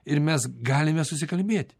ir mes galime susikalbėti